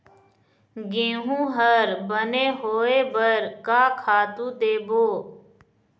गेहूं हर बने होय बर का खातू देबो?